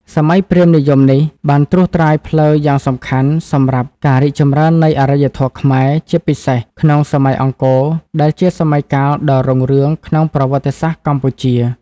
សម័យព្រាហ្មណ៍និយមនេះ បានត្រួសត្រាយផ្លូវយ៉ាងសំខាន់សម្រាប់ការរីកចម្រើននៃអរិយធម៌ខ្មែរ ជាពិសេសក្នុងសម័យអង្គរ ដែលជាសម័យកាលដ៏រុងរឿងក្នុងប្រវត្តិសាស្ត្រកម្ពុជា។